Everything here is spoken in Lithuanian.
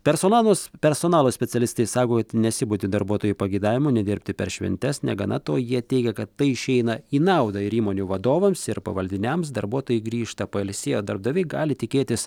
personalūs personalo specialistai sako kad nesibodi darbuotojų pageidavimu nedirbti per šventes negana to jie teigia kad tai išeina į naudą ir įmonių vadovams ir pavaldiniams darbuotojai grįžta pailsėję darbdaviai gali tikėtis